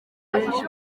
benshi